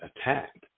attacked